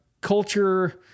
culture